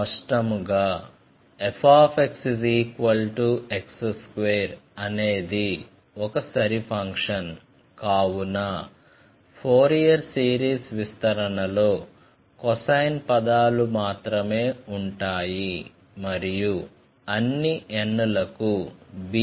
స్పష్టంగా fxx2 అనేది ఒక సరి ఫంక్షన్ కావున ఫోరియర్ సిరీస్ విస్తరణలో కొసైన్ పదాలు మాత్రమే ఉంటాయి మరియు అన్ని n లకు bn 0